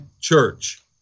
church